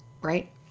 right